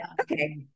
Okay